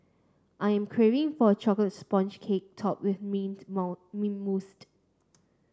I am craving for a chocolate sponge cake topped with mint mint